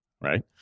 right